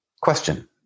Question